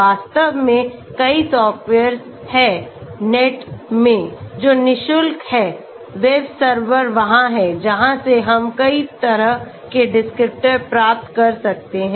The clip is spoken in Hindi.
वास्तव में कई सॉफ्टवेयर्स हैं नेट में जो नि शुल्क है वेब सर्वर वहां हैं जहां से हम कई तरह के डिस्क्रिप्टरप्राप्त कर सकते हैं